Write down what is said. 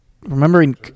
remembering